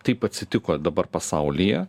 taip atsitiko dabar pasaulyje